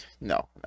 no